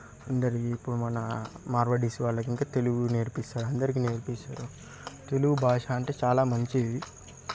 కొందరు ఇప్పుడు మన మార్వాడిస్ వాళ్ళకి ఇంకా తెలుగు నేర్పిస్తారు అందరికీ నేర్పిస్తారు తెలుగు భాష అంటే చాలా మంచి